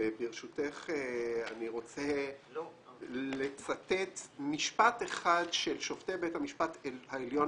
וברשותך אני רוצה לצטט משפט אחד של שופטי בית המשפט העליון